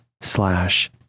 slash